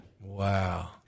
Wow